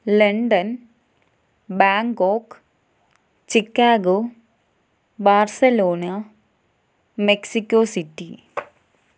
London Bangkok Chicago Barcelona Mexico city